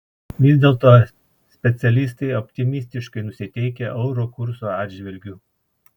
vis dėlto specialistai optimistiškai nusiteikę euro kurso atžvilgiu